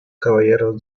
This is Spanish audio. caballeros